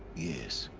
yes.